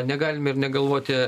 negalime ir negalvoti